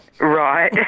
right